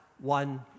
one